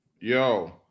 Yo